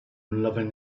loving